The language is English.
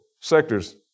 sectors